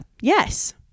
Yes